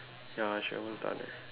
ya she almost done eh